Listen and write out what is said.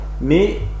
mais